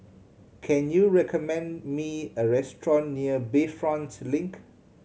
can you recommend me a restaurant near Bayfront Link